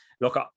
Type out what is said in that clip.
look